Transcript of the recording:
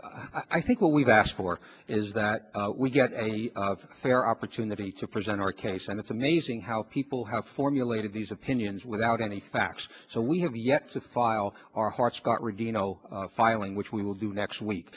thomas i think what we've asked for is that we get a fair opportunity to present our case and it's amazing how people have formulated these opinions without any facts so we have yet to file our hearts got regino filing which we will do next week